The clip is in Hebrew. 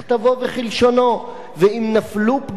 ואם נפלו פגמים טכניים,